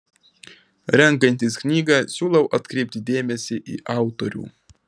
renkantis knygą siūlau atkreipti dėmesį į autorių